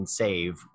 save